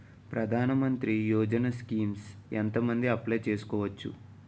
ప్రధాన మంత్రి యోజన స్కీమ్స్ ఎంత మంది అప్లయ్ చేసుకోవచ్చు?